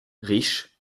riche